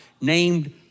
named